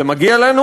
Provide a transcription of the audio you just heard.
זה מגיע לנו